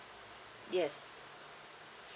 yes